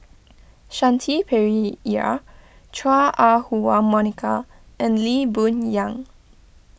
Shanti Pereira Chua Ah Huwa Monica and Lee Boon Yang